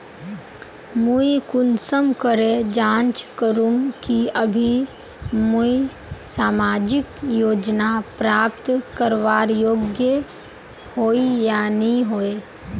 मुई कुंसम करे जाँच करूम की अभी मुई सामाजिक योजना प्राप्त करवार योग्य होई या नी होई?